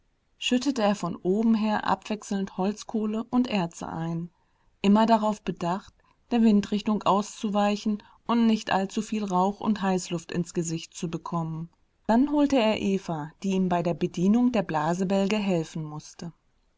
schüttete er von oben her abwechselnd holzkohle und erze ein immer darauf bedacht der windrichtung auszuweichen und nicht allzuviel rauch und heißluft ins gesicht zu bekommen dann holte er eva die ihm bei der bedienung der blasebälge helfen mußte